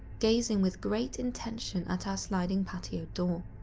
gazing with great intention at our sliding patio door.